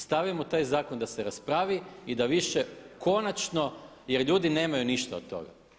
Stavimo taj zakon da se raspravi i da više konačno jer ljudi nemaju ništa od toga.